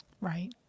Right